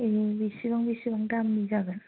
बेसेबां बेसेबां दामनि जागोन